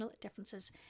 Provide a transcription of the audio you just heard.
differences